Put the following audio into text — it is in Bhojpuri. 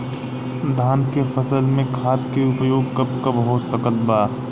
धान के फसल में खाद के उपयोग कब कब हो सकत बा?